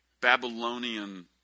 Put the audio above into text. Babylonian